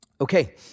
Okay